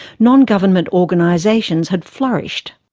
non-government organisations had flourished.